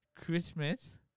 Christmas